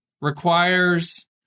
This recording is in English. requires